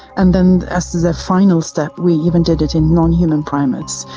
and then as as a final step we even did it in nonhuman primates,